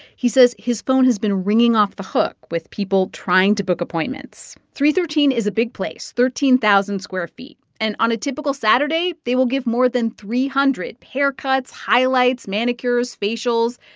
he says his phone has been ringing off the hook with people trying to book appointments. three thirteen is a big place thirteen thousand square feet. and on a typical saturday, they will give more than three hundred haircuts, highlights, manicures, facials,